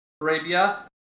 Arabia